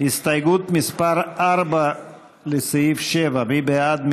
הסתייגות מס' 4, לסעיף 7, מי בעד?